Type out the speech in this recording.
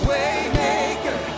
Waymaker